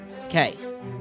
Okay